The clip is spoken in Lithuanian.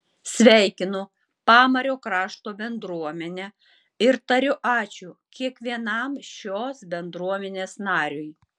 sveikinu pamario krašto bendruomenę ir tariu ačiū kiekvienam šios bendruomenės nariui